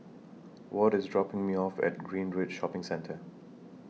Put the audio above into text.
Ward IS dropping Me off At Greenridge Shopping Centre